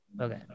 Okay